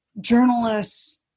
journalists